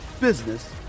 business